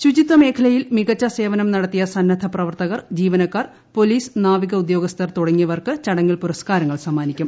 ശുചിത്വമേഖലയിൽ മികച്ച സേവനം നടത്തിയ സന്നദ്ധ പ്രവർത്തക്ടർ ജീവനക്കാർ പോലീസ് നാവിക ഉദ്യോഗസ്ഥർ തുടങ്ങിയവർക്ക് ചടങ്ങിൽ ഷൂമസ്ക്കാരങ്ങൾ സമ്മാനിക്കും